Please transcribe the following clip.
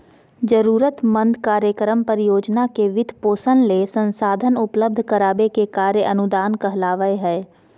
जरूरतमंद कार्यक्रम, परियोजना के वित्तपोषण ले संसाधन उपलब्ध कराबे के कार्य अनुदान कहलावय हय